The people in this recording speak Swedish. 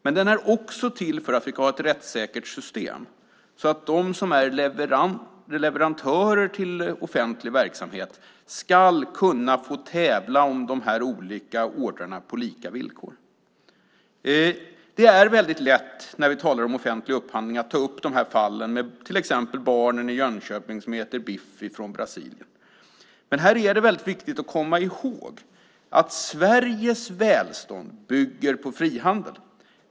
Men den är också till för att vi ska ha ett rättssäkert system. De som är leverantörer till offentlig verksamhet ska kunna få tävla om de olika orderna på lika villkor. Det är väldigt lätt när vi talar om offentlig upphandling att ta upp fall som till exempel barnen i Jönköping som äter biff från Brasilien. Men här är det viktigt att komma ihåg att Sveriges välstånd bygger på frihandel.